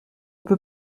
peut